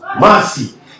Mercy